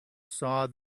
saw